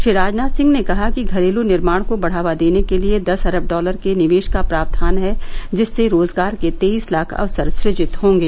श्री राजनाथ सिंह ने कहा कि घरेलू निर्माण को बढ़ावा देने के लिए दस अरब डॉलर का निवेश का प्रावधान है जिससे रोजगार के तेईस लाख अवसर सुजित होंगे